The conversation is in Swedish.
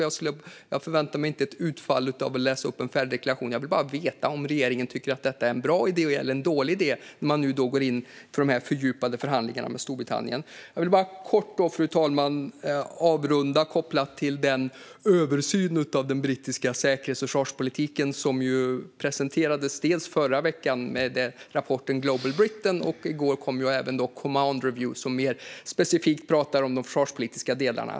Jag väntar mig inte ett utfall av att läsa upp en färdig deklaration; jag vill bara veta om regeringen tycker att detta är en bra eller dålig idé när man nu går in i fördjupade förhandlingar med Storbritannien. Jag vill kort avrunda och knyta an till den översyn av den brittiska säkerhets och försvarspolitiken som presenterades med rapporten Global Britain i förra veckan, och i går kom även Command Review , som mer specifikt tar upp de försvarspolitiska delarna.